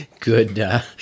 Good